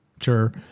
Sure